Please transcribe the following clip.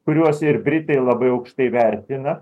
kuriuos ir britai labai aukštai vertina